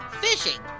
fishing